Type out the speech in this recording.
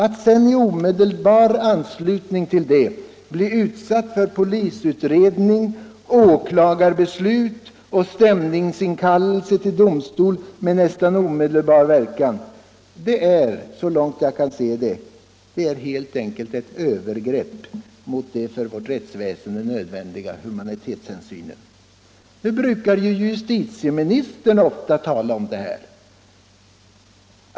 Att sedan i omedelbar anslutning till det bli utsatt för polisutredning, åklagarbeslut och stämningsinkallelse till domstol med nästan omedelbar verkan är, så långt jag kan se, helt enkelt ett övergrepp mot den för vårt rättsväsende nödvändiga humanitetshänsynen. Justitieministern brukar ju ofta tala om det här.